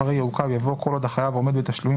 אחרי "יעוכב" יבוא "כל עוד החייב עומד בתשלומים